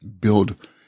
build